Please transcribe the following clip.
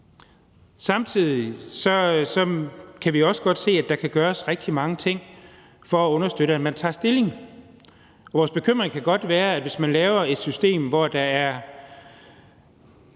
Samtidig kan vi også godt se, at der kan gøres rigtig mange ting for at understøtte, at man tager stilling. Vores bekymring kan godt være, at vi, hvis man laver et system, der er